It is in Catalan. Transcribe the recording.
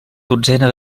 dotzena